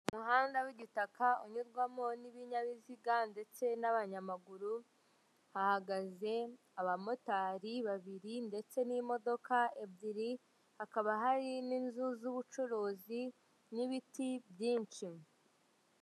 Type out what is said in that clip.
Umuhanda w'igitaka unyurwamo n'ibinyabiziga ndetse n'abanyamaguru hahagaze abamotari babiri ndetse n'imodoka ebyiri hakaba hari n'inzu z'ubucuruzi n'ibiti byinshi.